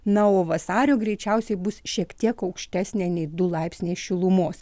na o vasario greičiausiai bus šiek tiek aukštesnė nei du laipsniai šilumos